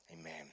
Amen